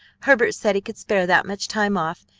herbert said he could spare that much time off,